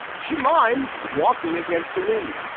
she mimes walking against the wind.